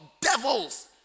devils